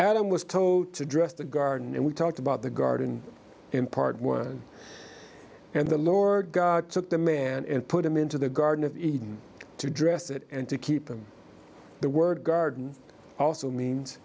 adam was told to dress the garden and we talked about the garden in part one and the lord god took the man and put him into the garden of eden to dress it and to keep the word garden also means